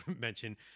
mention